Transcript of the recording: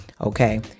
Okay